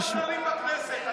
משתמשים במילה "שלום".